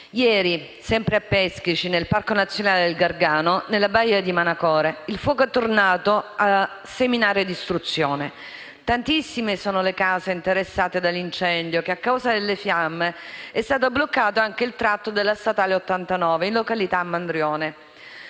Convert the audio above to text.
Ieri, sempre a Peschici, nel Parco nazionale del Gargano, nella baia di Manaccora, il fuoco è tornato a seminare distruzione. Tantissime sono le case interessate dall'incendio. A causa delle fiamme è stato bloccato anche il tratto della strada statale 89, in località Mandrione,